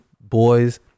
boys